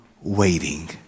waiting